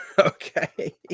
Okay